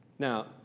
Now